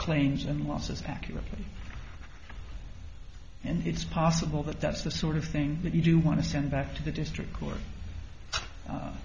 claims and losses accurately and it's possible that that's the sort of thing that you do want to send back to the district court